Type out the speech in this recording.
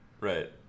Right